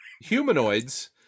humanoids